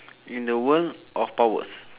in a world of powers